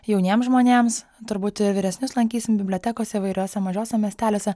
jauniem žmonėms turbūt ir vyresnius lankysim bibliotekose įvairiose mažuose miesteliuose